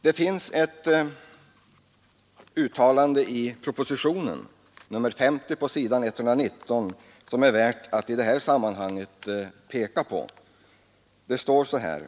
Det finns ett uttalande i propositionen 50 på s. 119 som är värt att i detta sammanhang peka på.